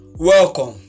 Welcome